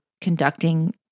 conducting